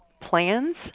plans